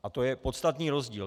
A to je podstatný rozdíl!